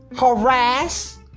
harass